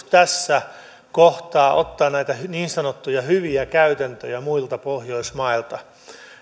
tässä kohtaa ottaa näitä niin sanottuja hyviä käytäntöjä muilta pohjoismailta